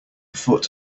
foot